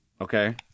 Okay